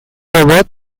robot